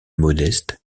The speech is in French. modeste